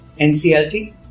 NCLT